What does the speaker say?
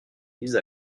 vise